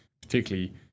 Particularly